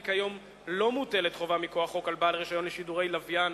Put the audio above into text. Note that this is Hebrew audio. כי כיום לא מוטלת חובה מכוח חוק על בעל רשיון לשידורי לוויין